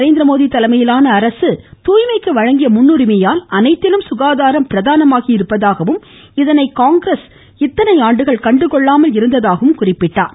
நரேந்திரமோடி தலைமையிலான அரசு தூய்மைக்கு வழங்கிய முன்னுரிமையினால் அனைத்திலும் சுகாதாரம் பிரதானமாகி இருப்பதாகவும் இதனை காங்கிரஸ் இத்தனை ஆண்டுகள் கண்டுகொள்ளாமல் இருந்ததாகவும் குறிப்பிட்டார்